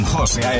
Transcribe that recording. José